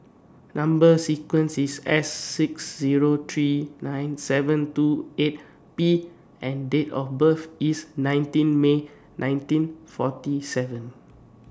Number sequence IS S six Zero three nine seven two eight P and Date of birth IS nineteen May nineteen forty seven